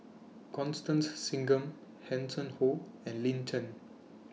Constance Singam Hanson Ho and Lin Chen